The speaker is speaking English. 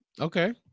Okay